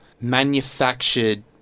manufactured